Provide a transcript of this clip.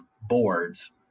boards